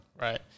Right